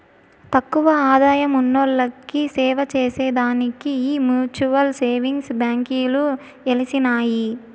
తక్కువ ఆదాయమున్నోల్లకి సేవచేసే దానికే ఈ మ్యూచువల్ సేవింగ్స్ బాంకీలు ఎలిసినాయి